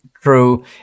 true